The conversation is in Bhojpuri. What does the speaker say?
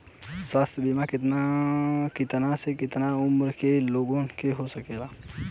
स्वास्थ्य बीमा कितना से कितना उमर के लोगन के हो सकेला?